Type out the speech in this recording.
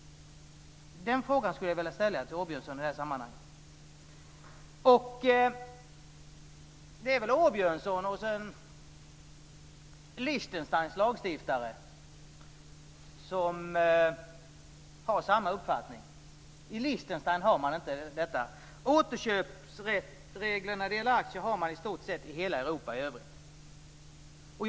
De frågorna ställer jag till Åbjörnsson. Det är väl Åbjörnsson och lagstiftarna i Liechtenstein som har samma uppfattning. Detta finns inte i Liechtenstein. Återköpsregler för aktier finns i i stort sett hela övriga Europa.